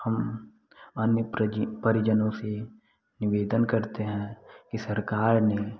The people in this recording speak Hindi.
हम अन्य प्रजी परिजनों से निवेदन करते हैं कि सरकार ने